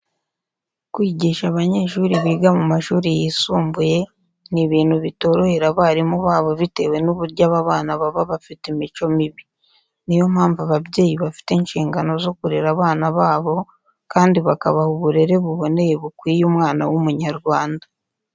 Kwigisha abanyeshuri biga mu mashuri yisumbuye ni ibintu bitorohera abarimu babo bitewe n'uburyo aba bana baba bafite imico mibi. Ni yo mpamvu ababyeyi bafite inshingano zo kurera abana babo kandi bakabaha uburere buboneye bukwiye umwana w'Umunyarwanda.